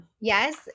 Yes